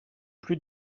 plus